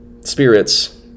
spirits